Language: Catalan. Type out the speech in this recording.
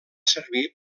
servir